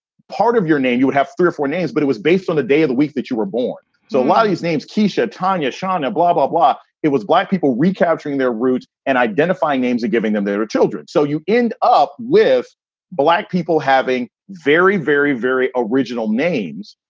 part of your name, you'd have three or four names, but it was based on the day of the week that you were born. so a lot of these names, keesha, tonya, sharna, blah, blah, blah. it was black people recapturing their roots and identifying names and giving them they were children. so you end up with black people having very, very, very original names,